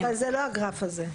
בסדר, אבל זה לא הגרף הזה.